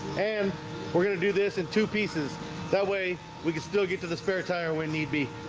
and we're gonna do this in two pieces that way we could still get to the spare tire when need be